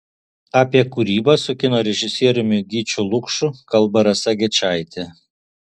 apie kūrybą su kino režisieriumi gyčiu lukšu kalba rasa gečaitė